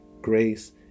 grace